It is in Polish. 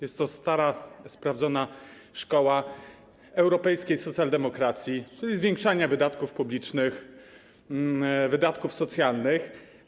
Jest to stara, sprawdzona szkoła europejskiej socjaldemokracji, czyli szkoła zwiększania wydatków publicznych, wydatków socjalnych.